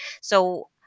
So-